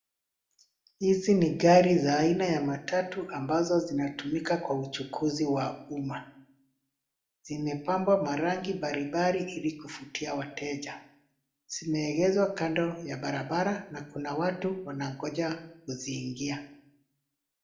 Hizi ni gari za aina ya matatu ambazo zinatumika Kwa uchukuzi wa umma. Zimepambwa marangi mbalimbali ili kuvutia wateja. Zimeegezwa kando ya barabara na kuna watu wangoja kuziingia.